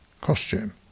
costume